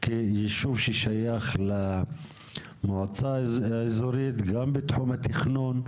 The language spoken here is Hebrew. כיישוב ששייך למועצה האזורית גם בתחום התכנון,